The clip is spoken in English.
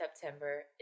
September